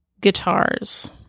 guitars